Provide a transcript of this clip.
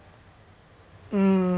um